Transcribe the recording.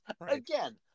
Again